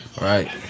Right